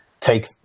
take